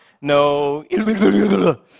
no